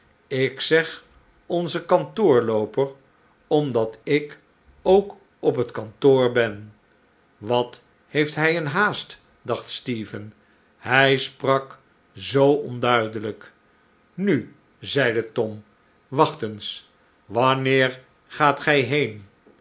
ik zeg onze kantoorlooper omdat ik ook op het kantoor ben wat heeft hij een haast dacht stephen hij sprak zoo onduidelijk nu zeide tom wacht eens wanneer gaat gij heen